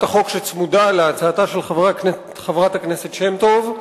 החוק שצמודה להצעתה של חברת הכנסת שמטוב.